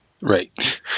Right